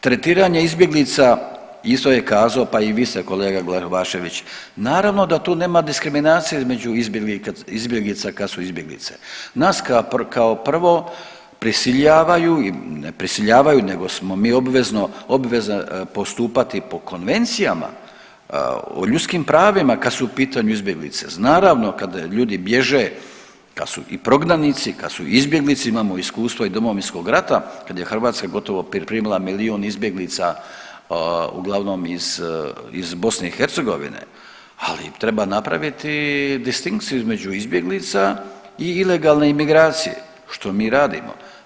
Tretiranje izbjeglica, isto je kazo pa i vi ste kolega Glavašević, naravno da tu nema diskriminacije između izbjeglica kad su izbjeglice. nas kao prvo prisiljavaju, ne prisiljavaju nego smo mi obvezni postupati po konvencijama o ljudskim pravima kad su u pitanju izbjeglice, naravno kad ljudi bježe, kad su prognanici kad su izbjeglice imamo iskustva i Domovinskog rata kada je Hrvatska gotovo primila milijun izbjeglica uglavnom iz BiH, ali treba napraviti distinkciju između izbjeglica i ilegalne imigracije što mi radimo.